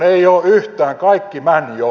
ei oo yhtään kaikki män jo